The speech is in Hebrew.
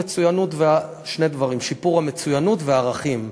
שני דברים: קידום המצוינות והערכים.